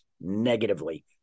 negatively